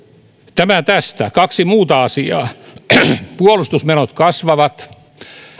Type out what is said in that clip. tämä tästä kaksi muuta asiaa puolustusmenot kasvavat